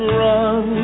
run